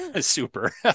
super